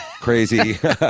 crazy